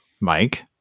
Mike